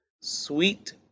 Sweet